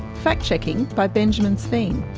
fact checking by benjamin sveen.